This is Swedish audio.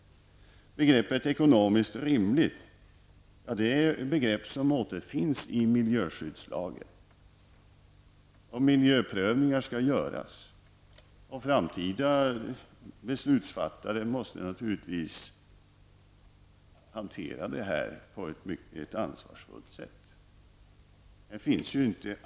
Begreppet ''ekonomiskt rimlig'' återfinns i miljöskyddslagen. Miljöprövningar skall göras, och framtida beslutsfattare måste naturligtvis hantera detta på ett mycket ansvarsfullt sätt.